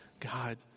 God